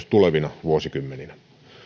tulevina vuosikymmeninä